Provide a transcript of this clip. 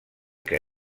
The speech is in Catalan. que